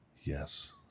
Yes